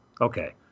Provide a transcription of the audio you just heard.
Okay